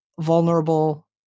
vulnerable